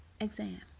exam